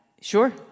Sure